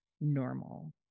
normal